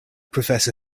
professor